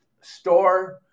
store